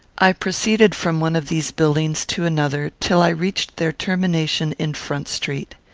i proceeded from one of these buildings to another, till i reached their termination in front street.